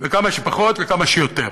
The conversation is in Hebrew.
וכמה שפחות לכמה שיותר.